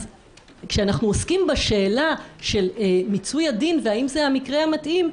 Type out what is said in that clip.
אז כשאנחנו עוסקים בשאלה של מיצוי הדין והאם זה המקרה המתאים,